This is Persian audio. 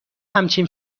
همچین